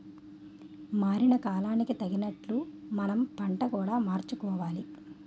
మారిన కాలానికి తగినట్లు మనం పంట కూడా మార్చుకోవాలి